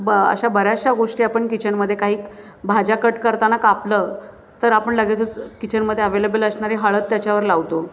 ब अशा अशा बऱ्याचशा गोष्टी आपण किचनमध्ये काही भाज्या कट करताना कापलं तर आपण लगेचच किचनमध्ये अवेलेबल असणारी हळद त्याच्यावर लावतो